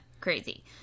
crazy